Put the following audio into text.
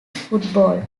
football